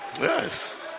Yes